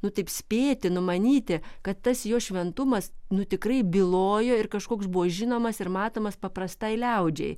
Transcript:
nu taip spėti numanyti kad tas jo šventumas nu tikrai bylojo ir kažkoks buvo žinomas ir matomas paprastai liaudžiai